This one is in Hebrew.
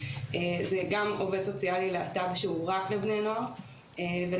זה גם עובד סוציאלי להט"ב שהוא רק בבני נוער ולקטינים.